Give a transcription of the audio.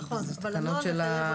נכון, אבל הנוהל מחייב אותו.